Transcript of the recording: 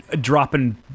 dropping